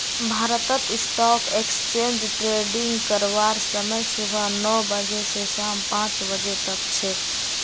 भारतत stock exchange trading करवार समय सुबह नौ बजे स शाम पांच बजे तक छेक